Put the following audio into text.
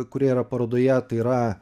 kurie yra parodoje tai yra